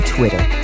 Twitter